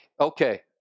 Okay